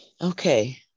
Okay